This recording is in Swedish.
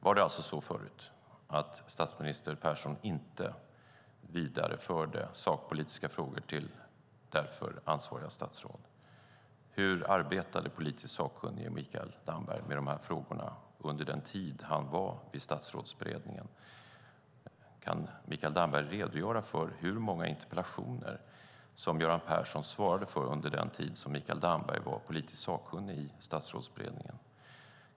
Var det alltså så förut att statsminister Persson inte vidareförde sakpolitiska frågor till därför ansvariga statsråd? Hur arbetade politiskt sakkunnige Mikael Damberg med de här frågorna under den tid han var i Statsrådsberedningen? Kan Mikael Damberg redogöra för hur många interpellationer som Göran Persson svarade på under den tid som Mikael Damberg var politiskt sakkunnig i Statsrådsberedningen?